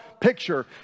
picture